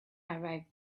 arrived